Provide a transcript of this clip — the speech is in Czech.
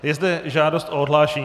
Je zde žádost o odhlášení.